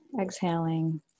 exhaling